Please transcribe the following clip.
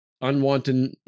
unwanted